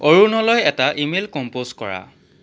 অৰুণলৈ এটা email compose কৰা